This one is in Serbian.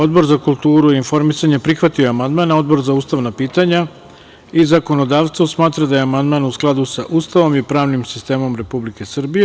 Odbor za kulturu i informisanje prihvatio je amandman, a Odbor za ustavna pitanje i zakonodavstvo smatra da je amandman u skladu sa Ustavom i pravnim sistemom Republike Srbije.